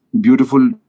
beautiful